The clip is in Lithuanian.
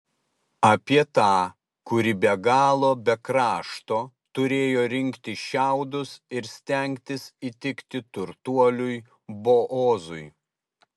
apie tą kuri be galo be krašto turėjo rinkti šiaudus ir stengtis įtikti turtuoliui boozui